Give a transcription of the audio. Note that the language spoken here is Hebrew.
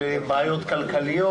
של בעיות כלכליות,